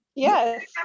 Yes